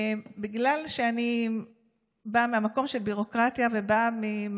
שבגלל שאני באה ממקום של ביורוקרטיה ובאה יותר